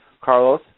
Carlos